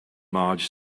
marge